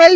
L